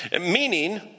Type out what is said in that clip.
meaning